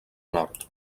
nord